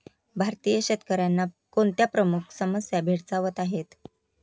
भारतीय शेतकऱ्यांना कोणत्या प्रमुख समस्या भेडसावत आहेत?